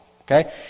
Okay